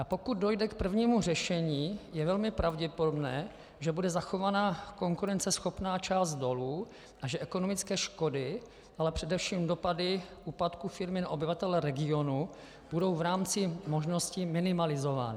Pokud dojde k prvnímu řešení, je velmi pravděpodobné, že bude zachovaná konkurenceschopná část dolu a že ekonomické škody, ale především dopady úpadku firmy na obyvatele regionu budou v rámci možností minimalizovány.